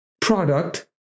product